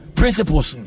principles